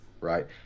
right